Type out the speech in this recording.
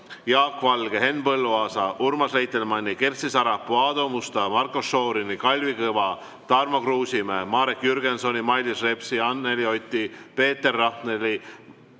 Jaak Valge, Henn Põlluaasa, Urmas Reitelmanni, Kersti Sarapuu, Aadu Musta, Marko Šorini, Kalvi Kõva, Tarmo Kruusimäe, Marek Jürgensoni, Mailis Repsi, Anneli Oti, Peeter Rahneli,